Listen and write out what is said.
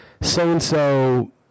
so-and-so